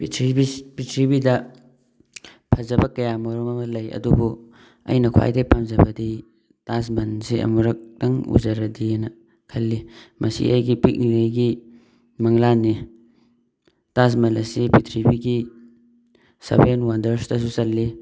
ꯄ꯭ꯔꯤꯊꯤꯕꯤ ꯄ꯭ꯔꯤꯊꯤꯕꯤꯗ ꯐꯖꯕ ꯀꯌꯥ ꯃꯔꯨꯝ ꯑꯃ ꯂꯩ ꯑꯗꯨꯕꯨ ꯑꯩꯅ ꯈ꯭ꯋꯥꯏꯗꯩ ꯄꯥꯝꯖꯕꯗꯤ ꯇꯥꯖ ꯃꯍꯟꯁꯦ ꯑꯃꯨꯔꯛꯇꯪ ꯎꯖꯔꯗꯤꯑꯅ ꯈꯜꯂꯤ ꯃꯁꯤ ꯑꯩꯒꯤ ꯄꯤꯛꯂꯤꯉꯩꯒꯤ ꯃꯪꯂꯥꯟꯅꯤ ꯇꯥꯖ ꯃꯍꯜ ꯑꯁꯤ ꯄ꯭ꯔꯤꯊꯤꯕꯤꯒꯤ ꯁꯕꯦꯟ ꯋꯥꯟꯗꯔꯁꯇꯁꯨ ꯆꯜꯂꯤ